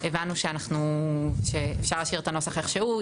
הבנו שאפשר להשאיר את הנוסח כפי שהוא.